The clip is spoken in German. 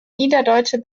niederdeutsche